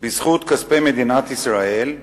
בזכות כספי מדינת ישראל,